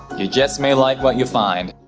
you just may like what you find.